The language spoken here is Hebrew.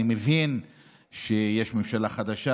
אני מבין שיש ממשלה חדשה,